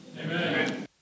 Amen